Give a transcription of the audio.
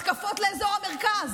התקפות לאזור המרכז.